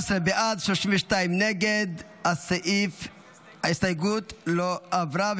11 בעד, 32 נגד, ההסתייגות לא עברה.